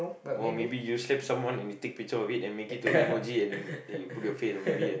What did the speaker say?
or maybe you slap someone and you take picture of it and make it to a emoji then you put your face and maybe ah